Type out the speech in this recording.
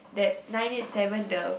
that nine eight seven the